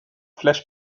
flash